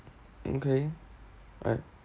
okay right